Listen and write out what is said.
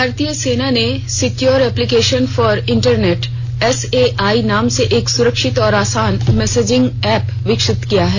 भारतीय सेना ने secure application for internet SAI नाम से एक सुरक्षित और आसान मैसेजिंग ऐप विकसित किया है